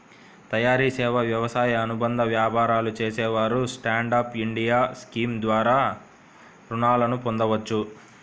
తయారీ, సేవా, వ్యవసాయ అనుబంధ వ్యాపారాలు చేసేవారు స్టాండ్ అప్ ఇండియా స్కీమ్ ద్వారా రుణాలను పొందవచ్చు